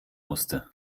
musste